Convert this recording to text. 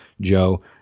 Joe